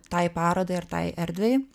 tai parodai ir tai erdvei